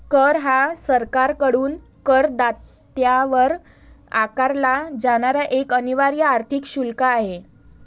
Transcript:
कर हा सरकारकडून करदात्यावर आकारला जाणारा एक अनिवार्य आर्थिक शुल्क आहे